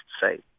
say